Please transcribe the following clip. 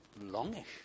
longish